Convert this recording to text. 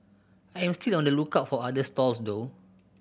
I am still on the lookout for other stalls though